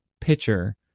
pitcher